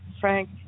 Frank